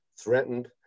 threatened